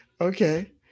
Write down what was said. Okay